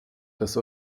das